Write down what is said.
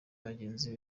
bagenzi